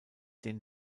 den